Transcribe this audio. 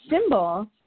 symbol